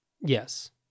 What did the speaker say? Yes